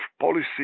policy